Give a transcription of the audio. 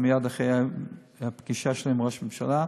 מייד אחרי הפגישה שלי עם ראש הממשלה.